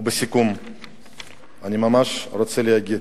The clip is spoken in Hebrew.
לסיכום אני רוצה להגיד: